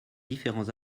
différents